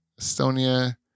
Estonia